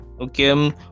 Okay